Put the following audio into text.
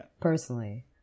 personally